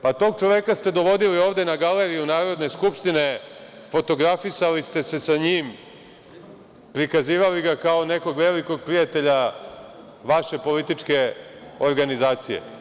Pa, tog čoveka ste dovodili ovde na galeriju Narodne skupštine, fotografisali ste se sa njim, prikazivali ga kao nekog velikog prijatelja vaše političke organizacije.